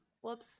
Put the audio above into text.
Whoops